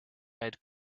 had